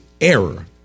error